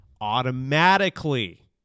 automatically